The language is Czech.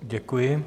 Děkuji.